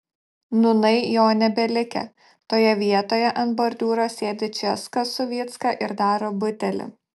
nūnai jo nebelikę toje vietoje ant bordiūro sėdi česka su vycka ir daro butelį